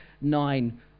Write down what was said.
nine